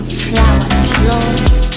flowers